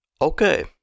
Okay